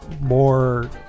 more